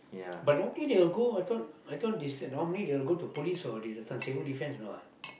but normally they will go I thought I thought is normally they will go to police or this uh this one civil defence or not